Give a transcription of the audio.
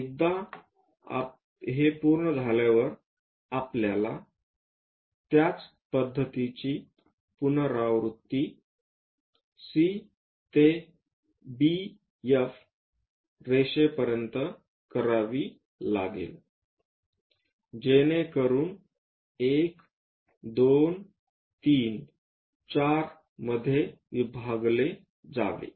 एकदा हे पूर्ण झाल्यावर आपल्याला त्याच पद्धतीची पुनरावृत्ती C ते BF रेषापर्यंत करावी लागेल जेणेकरून 1234 मध्ये विभागले जावे